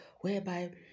whereby